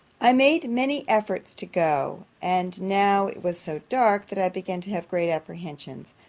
i made many efforts to go and now it was so dark, that i began to have great apprehensions.